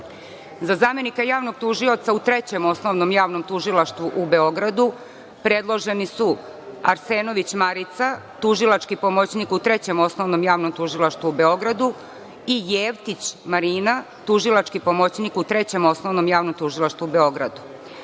zamenika Javnog tužioca u Trećem osnovnom javnom tužilaštvu u Beogradu predloženi su Arsnović Marica, tužilački pomoćnik u Trećem osnovnom javnom tužilaštvu u Beogradu i Jeftić Marina, tužilački pomoćnik u Trećem osnovnom javnom tužilaštvu u Beogradu.Za